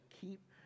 keep